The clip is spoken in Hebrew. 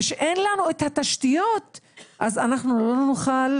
ואין לנו את התשתיות אז אנחנו לא נוכל,